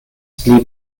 pli